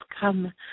come